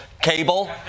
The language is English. cable